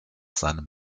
seinem